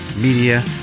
media